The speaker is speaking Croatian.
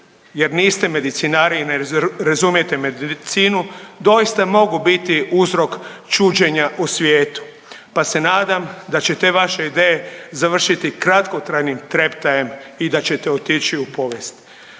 jer niste medicinari i ne razumijete medicinu doista mogu biti uzrok čuđenja u svijetu pa se nadam da će te vaše ideje završiti kratkotrajnim treptajem i da ćete otići u povijest.